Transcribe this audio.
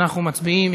אנחנו מצביעים.